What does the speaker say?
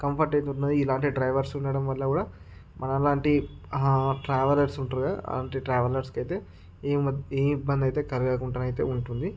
comfort అయితే ఉన్నది ఇలాంటి డ్రైవర్స్ ఉండడం వల్ల కూడా మనలాంటి ట్రావెలర్స్ ఉంటారు కదా అలాంటి ట్రావెలర్స్కి అయితే ఏమి ఏమి ఇబ్బంది అయితే కలక్కుండా ఉంటుంది